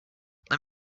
let